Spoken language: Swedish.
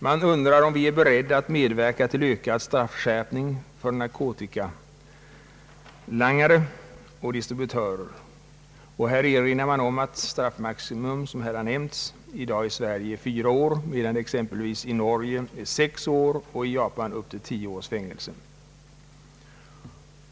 Man undrar, om vi är beredda att medverka till en ökad straffskärpning för narkotikalangare och distributörer, och erinrar härvid om att straffmaximum — som här nämnts — i dag i Sverige är fyra år, medan det exempelvis i Norge är sex år och i Japan upp till tio års fängelse.